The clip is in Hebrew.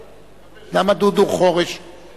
סעיף תקציב משרד החינוך),